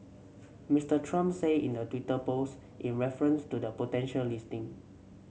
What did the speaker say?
Mister Trump say in the Twitter post in reference to the potential listing